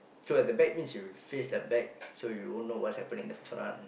so at the back means you face the back so you won't know what's happen in my front